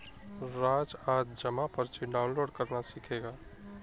राज आज जमा पर्ची डाउनलोड करना सीखेगा